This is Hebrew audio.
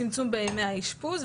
צמצום בימי האשפוז.